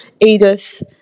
Edith